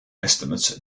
estimates